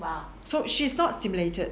so she's not stimulated